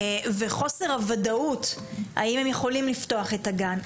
וחוסר הוודאות האם הם יכולים לפתוח את הגן,